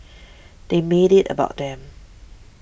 they made it about them